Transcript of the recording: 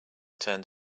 turned